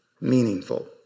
meaningful